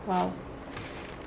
!wow!